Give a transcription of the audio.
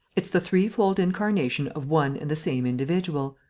it's the threefold incarnation of one and the same individual.